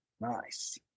Nice